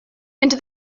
and